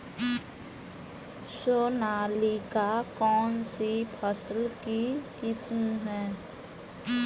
सोनालिका कौनसी फसल की किस्म है?